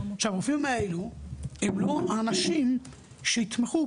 הרופאים האלו הם לא האנשים שיתמחו,